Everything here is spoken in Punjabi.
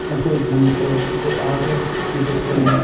ਅਤੇ ਗੀਤ ਅਤੇ ਆਦਿ ਵੀ ਬੱਚਿਆਂ ਨੂੰ